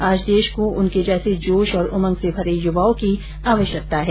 आज देश को उनके जैसे जोश और उमंग से भरे युवाओं की आवश्यकता है